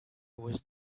was